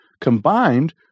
combined